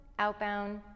outbound